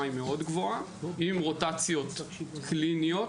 היא מאוד גבוהה עם רוטציות קליניות,